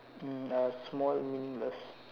small meaningless